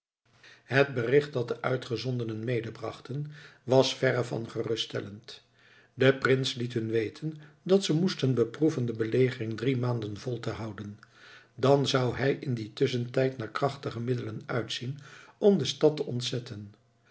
het bericht dat de uitgezondenen medebrachten was verre van geruststellend de prins liet hun weten dat ze moesten beproeven de belegering drie maanden vol te houden dan zou hij in dien tusschentijd naar krachtige middelen uitzien om de stad te ontzetten